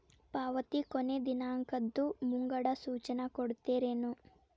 ಪಾವತಿ ಕೊನೆ ದಿನಾಂಕದ್ದು ಮುಂಗಡ ಸೂಚನಾ ಕೊಡ್ತೇರೇನು?